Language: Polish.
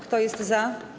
Kto jest za?